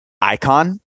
icon